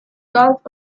gulf